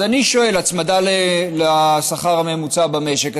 הצמדה לשכר הממוצע במשק.